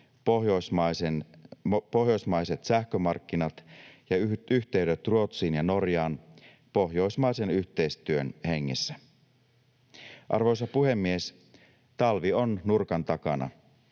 pohjoismaiset sähkömarkkinat ja yhteydet Ruotsiin ja Norjaan pohjoismaisen yhteistyön hengessä. Arvoisa puhemies! Talvi on nurkan takana.